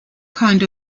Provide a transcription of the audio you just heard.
kind